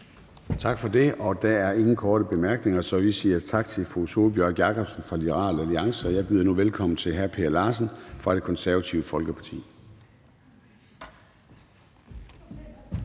Gade): Der er ingen korte bemærkninger, så vi siger tak til fru Sólbjørg Jakobsen fra Liberal Alliance. Og jeg byder nu velkommen til hr. Per Larsen fra Det Konservative Folkeparti.